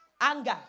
anger